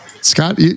Scott